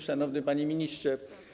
Szanowny Panie Ministrze!